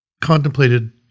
contemplated